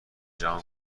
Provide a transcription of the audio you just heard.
جهان